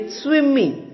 swimming